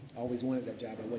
always wanted that